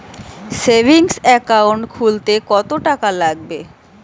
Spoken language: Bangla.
সেভিংস একাউন্ট খুলতে কতটাকা লাগবে?